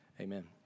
amen